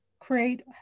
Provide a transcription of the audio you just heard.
create